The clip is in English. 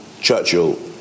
Churchill